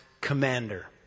commander